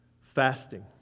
fasting